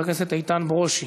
חבר הכנסת איתן ברושי.